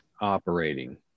operating